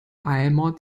einmal